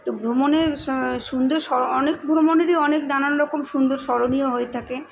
তো ভ্রমণের স সুন্দর স অনেক ভ্রমণেরই অনেক নানান রকম সুন্দর স্মরণীয় হয়ে থাকে